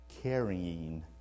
carrying